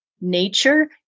nature